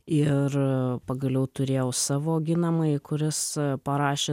ir pagaliau turėjau savo ginamąjį kuris parašė